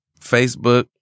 facebook